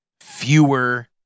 fewer